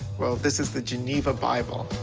well, this is the geneva bible.